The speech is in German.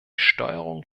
steuerung